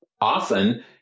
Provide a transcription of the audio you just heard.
often